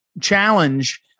challenge